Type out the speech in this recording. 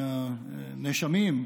מהנאשמים,